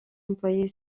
employée